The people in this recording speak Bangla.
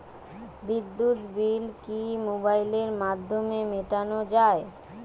বিদ্যুৎ বিল কি মোবাইলের মাধ্যমে মেটানো য়ায়?